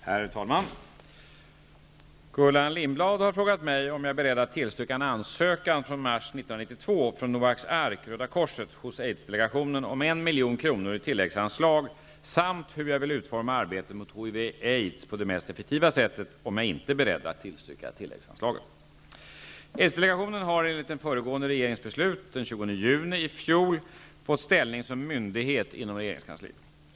Herr talman! Gullan Lindblad har frågat mig om jag är beredd att tillstyrka en ansökan i mars 1992 från Noaks Ark aids på det mest effektiva sättet om jag inte är beredd att tillstyrka tilläggsanslaget. Aids-delgationen har enligt den föregående regeringens beslut den 20 juni i fjol fått ställning som myndighet inom regeringskansliet.